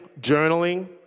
journaling